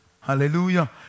Hallelujah